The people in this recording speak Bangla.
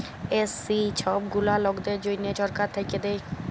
এস.সি ছব গুলা লকদের জ্যনহে ছরকার থ্যাইকে দেয়